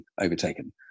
overtaken